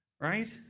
Right